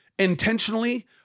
intentionally